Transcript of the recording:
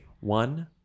One